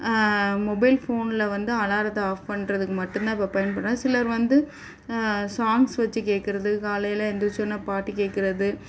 mobile ஃபோனில் வந்து அலாரத்தை ஆஃப் பண்ணுறதுக்கு மட்டும் தான் இப்போ பயன்படும் சிலர் வந்து சாங்க்ஸ் வச்சு கேட்குறது காலையில் எழுந்திரிச்சவொன்னே பாட்டு கேட்குறது